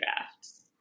drafts